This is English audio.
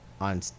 on